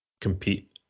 compete